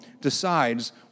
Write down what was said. decides